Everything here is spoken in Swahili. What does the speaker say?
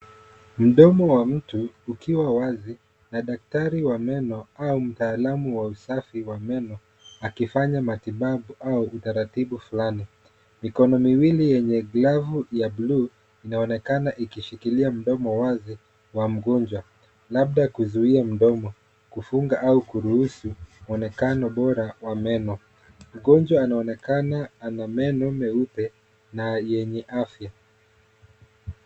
Mdomo wa mtu ukiwa wazi na daktari wa meno au mtaalamu wa usafi wa meno, akifanya matibabu au utaratibu fulani. Mikono miwili yenye glavu ya bluu, inaonekana ikishikilia mdomo wazi wa mgonjwa, labda kuzuia mdomo kufunga au kuruhusu, mwonekano bora wa meno. Mgonjwa anaonekana ana meno meupe na yenye afya.